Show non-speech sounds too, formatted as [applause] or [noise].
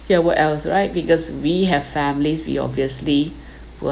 ya what else right because we have families we obviously [breath] will